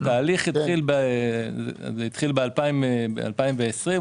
התהליך התחיל ב-2020,